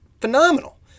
phenomenal